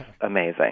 amazing